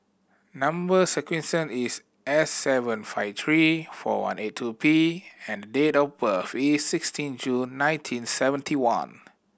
number sequence is S seven five three four one eight two P and date of birth is sixteen June nineteen seventy one